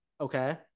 okay